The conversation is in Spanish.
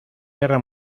guerra